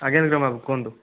ଆଜ୍ଞା ରିଜମ ବାବୁ କୁହନ୍ତୁ